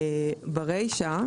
ברישא,